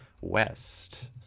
west